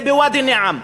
זה בוואדי-א-נעם.